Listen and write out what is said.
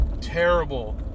terrible